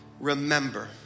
Remember